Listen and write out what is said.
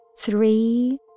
three